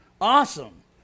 Awesome